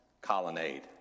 colonnade